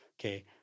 okay